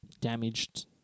damaged